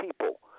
people